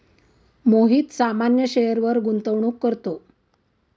मोहित सामान्य शेअरवर गुंतवणूक करतो